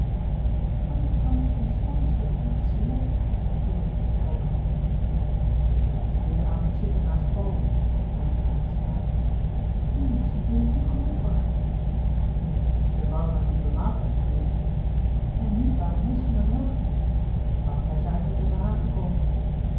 wat doet tante constance weêr erg select zei floortje tegen dijkerhof ze blijft den heelen avond zitten naast paul antwoordde haar aanstaande louis couperus de boeken der kleine zielen niemand is natuurlijk goed genoeg voor haar nu als je de vrouw van een diplomaat bent geweest en nu barones van der welcke waarom zijn ze eigenlijk in den haag gekomen